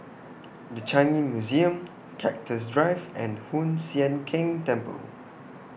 The Changi Museum Cactus Drive and Hoon Sian Keng Temple